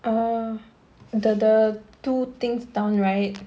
uh the the two things down right